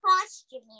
costume